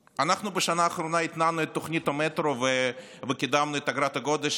בשנה האחרונה אנחנו התנענו את תוכנית המטרו וקידמנו את אגרת הגודש,